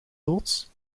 loods